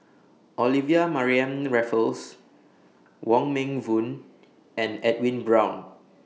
Olivia Mariamne Raffles Wong Meng Voon and Edwin Brown